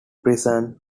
prison